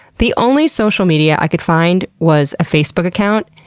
the only social media i could find was a facebook account,